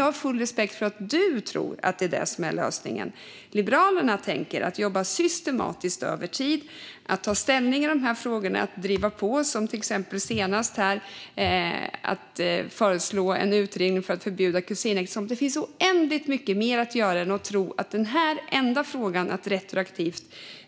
Jag har full respekt för att Mikael Eskilandersson tror att detta är lösningen, men Liberalerna vill jobba systematiskt över tid genom att ta ställning i de här frågorna och, som nu senast, till exempel driva på och föreslå en utredning om att förbjuda kusinäktenskap. Det finns så oändligt mycket mer att göra. Det räcker inte att tro att retroaktiv